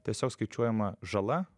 tiesiog skaičiuojama žala